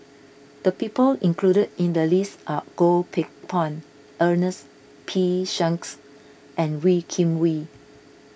the people included in the list are Goh Teck Phuan Ernest P Shanks and Wee Kim Wee